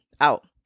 out